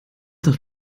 doch